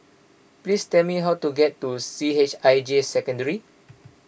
please tell me how to get to C H I J Secondary